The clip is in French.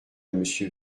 monsieur